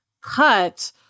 cut